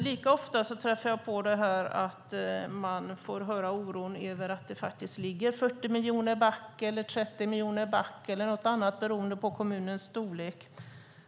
Lika ofta träffar jag på detta att det finns en oro över att man ligger 30 eller 40 miljoner back - eller något annat, beroende på kommunens storlek.